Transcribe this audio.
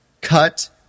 Cut